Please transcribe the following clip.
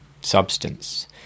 substance